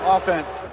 Offense